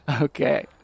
Okay